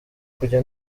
kujya